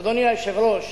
אדוני היושב-ראש,